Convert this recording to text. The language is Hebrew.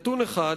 נתון אחד,